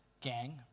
gang